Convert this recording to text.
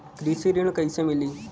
कृषि ऋण कैसे मिली?